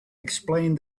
explained